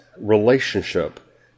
relationship